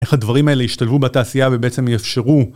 איך הדברים האלה ישתלבו בתעשייה ובעצם יאפשרו.